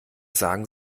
sagen